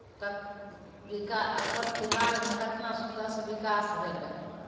कत विका अपन बिहारमे केतना सुन्दरसँ विकास भेलै